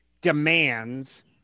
demands